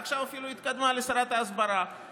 ועכשיו אפילו התקדמה לשרת ההסברה.